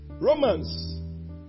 Romans